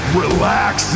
relax